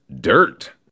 dirt